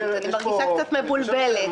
אני מרגישה קצת מבולבלת,